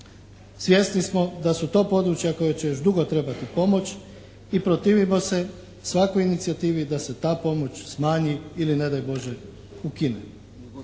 Svjesni smo da su to područja koja će još dugo trebati pomoć i protivimo se svakoj inicijativi da se ta pomoć smanji ili ne daj Bože ukine.